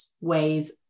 ways